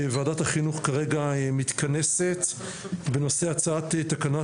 ועדת החינוך כרגע מתכנסת בנושא הצעת תקנת